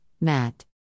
Matt